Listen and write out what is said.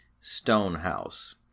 stonehouse